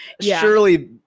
surely